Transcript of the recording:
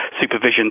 supervision